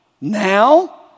now